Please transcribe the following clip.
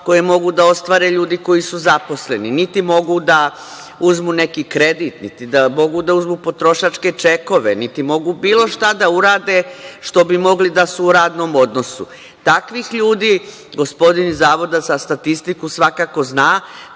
koje mogu da ostvare ljudi koji su zaposleni, niti mogu da uzmu neki kredit, niti mogu da uzmu potrošačke čekove, niti mogu bilo šta da urade, što bi mogli da su u radnom odnosu. Takvih ljudi, gospodin iz Zavoda za statistiku svakako zna,